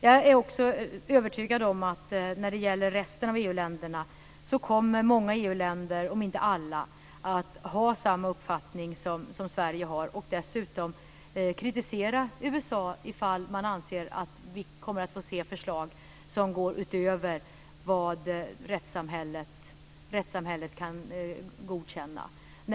Jag är också övertygad om att många EU-länder, om inte alla, kommer att ha samma uppfattning som Sverige och dessutom kritisera USA om man får se förslag som går utöver vad rättssamhället kan godkänna.